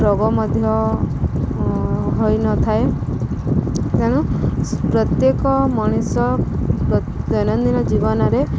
ରୋଗ ମଧ୍ୟ ହୋଇନଥାଏ ତେଣୁ ପ୍ରତ୍ୟେକ ମଣିଷ ଦୈନନ୍ଦିନ ଜୀବନରେ